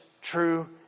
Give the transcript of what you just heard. true